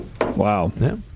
Wow